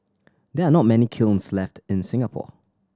there are not many kilns left in Singapore